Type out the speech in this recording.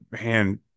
Man